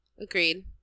Agreed